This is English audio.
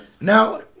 Now